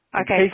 Okay